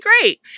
great